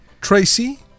Tracy